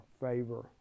favor